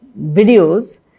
videos